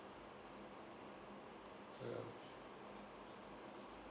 ya